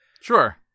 Sure